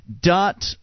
dot